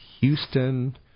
Houston